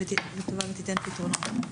ותיתן פתרונות.